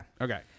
Okay